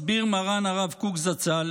מסביר מרן הרב קוק זצ"ל